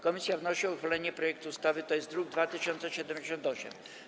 Komisja wnosi o uchwalenie projektu ustawy z druku nr 2078.